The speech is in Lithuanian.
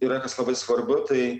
yra kas labai svarbu tai